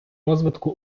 розвитку